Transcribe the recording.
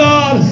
God